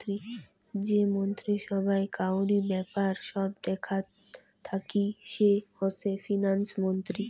যে মন্ত্রী সভায় কাউরি ব্যাপার সব দেখাত থাকি সে হসে ফিন্যান্স মন্ত্রী